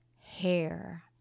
hair